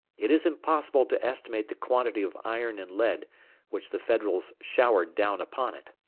it is impossible to estimate the quantity of iron and lead which the federals showered down upon it.